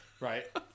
Right